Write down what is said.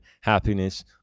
happiness